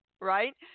right